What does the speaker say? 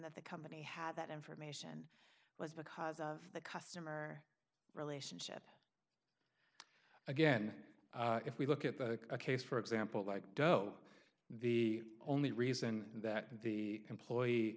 that the company had that information was because of the customer relationship again if we look at the case for example like doe the only reason that the